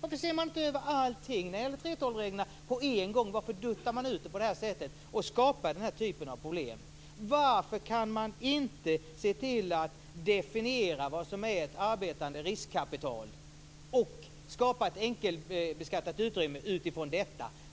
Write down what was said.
Varför ser man inte över allting som gäller 3:12-reglerna på en gång utan duttar ut behandlingen på det här sättet och skapar problem? Varför kan man inte definiera vad som är ett arbetande riskkapital och med detta som utgångspunkt skapa ett enkelbeskattat utrymme?